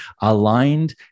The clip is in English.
aligned